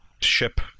ship